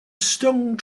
stung